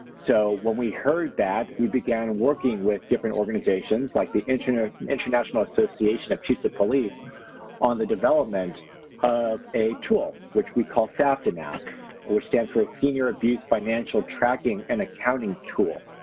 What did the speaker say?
so when we heard that, we began working with different organizations like the and international association of chiefs of police on the development of a tool which we call safta now which stands for senior abuse financial tracking and accounting tool.